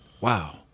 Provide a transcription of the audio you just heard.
wow